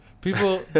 People